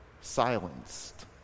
silenced